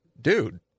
dude